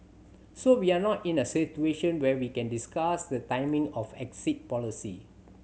so we're not in a situation where we can discuss the timing of exit policy